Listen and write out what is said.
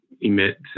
emit